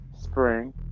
spring